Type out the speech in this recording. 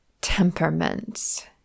temperaments